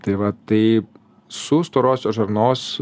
tai va tai su storosios žarnos